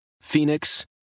Phoenix